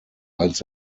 als